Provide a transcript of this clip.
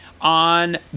on